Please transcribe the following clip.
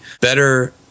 better